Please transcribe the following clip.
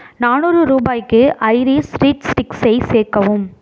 நானூறு ரூபாய்க்கு iris reed ஸ்டிக்ஸை சேர்க்கவும்